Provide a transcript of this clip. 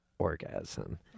orgasm